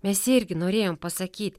mes irgi norėjom pasakyt